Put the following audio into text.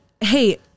hey